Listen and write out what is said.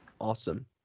Awesome